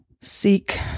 seek